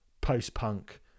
post-punk